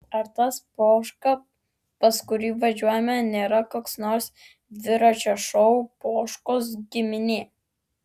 ar tas poška pas kurį važiuojame nėra koks nors dviračio šou poškos giminė